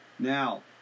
Now